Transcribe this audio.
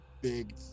big